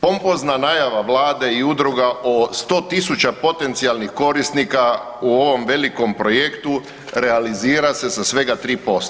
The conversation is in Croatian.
Pompozna najave Vlade i udruga o 100.000 potencijalnih korisnika u ovom velikom projektu realizira se sa svega 3%